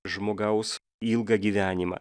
žmogaus ilgą gyvenimą